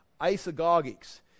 Isagogics